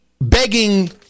Begging